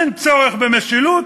אין צורך במשילות,